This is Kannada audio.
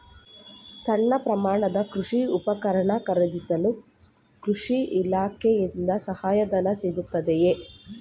ಸಣ್ಣ ಪ್ರಮಾಣದ ಕೃಷಿ ಉಪಕರಣ ಖರೀದಿಸಲು ಕೃಷಿ ಇಲಾಖೆಯಿಂದ ಸಹಾಯಧನ ಸಿಗುತ್ತದೆಯೇ?